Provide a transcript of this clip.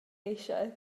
eisiau